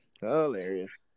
Hilarious